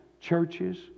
churches